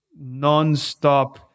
nonstop